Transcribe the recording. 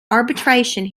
arbitration